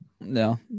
no